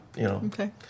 okay